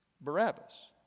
Barabbas